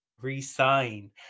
re-sign